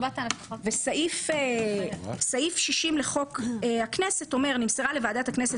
סעיף 60 לחוק הכנסת אומר: נמסרה לוועדת הכנסת